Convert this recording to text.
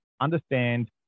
understand